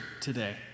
today